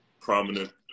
prominent